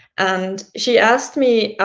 and she asked me